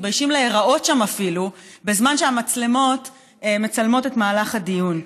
מתביישים להיראות שם אפילו בזמן שהמצלמות מצלמות את מהלך הדיון.